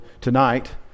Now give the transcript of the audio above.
tonight